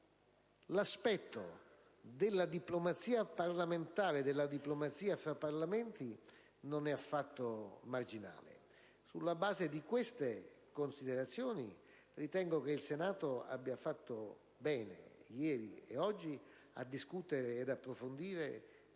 l'aspetto della diplomazia parlamentare e fra Parlamenti non è affatto marginale. Sulla base di queste considerazioni, ritengo che il Senato abbia fatto bene, ieri e oggi, a discutere e ad approfondire